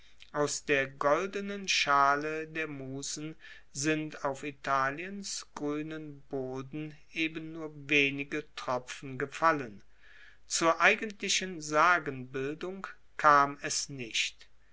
aus der goldenen schale der musen sind auf italiens gruenen boden eben nur wenige tropfen gefallen zur eigentlichen sagenbildung kam es nicht